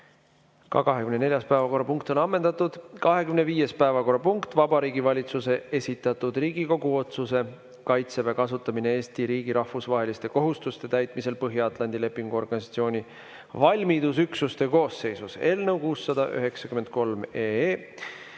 Ka 24. päevakorrapunkt on ammendatud. 25. päevakorrapunkt on Vabariigi Valitsuse esitatud Riigikogu otsuse "Kaitseväe kasutamine Eesti riigi rahvusvaheliste kohustuste täitmisel Põhja-Atlandi Lepingu Organisatsiooni valmidusüksuste koosseisus" eelnõu 693